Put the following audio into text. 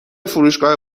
فروشگاه